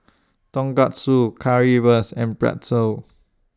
Tonkatsu Currywurst and Pretzel